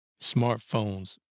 smartphones